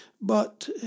But